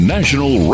National